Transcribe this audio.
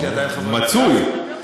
הוא מצוי.